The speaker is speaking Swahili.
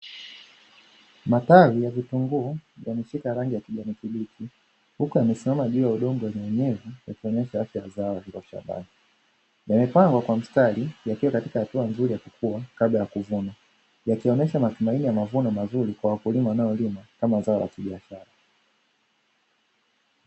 Matawi ya vitunguu yameshika rangi ya kijani kibichi, yamesimama juu ya udongo wenye unyevu yakionyesha afya ya zao hilo shambani. Yamepangwa kwa mstari, yakiwa katika hatua nzuri ya kukua kabla ya kuvunwa, yakionesha matumaini ya mavuno mazuri kwa wakulima wanaoyalima kama zao la kibiashara.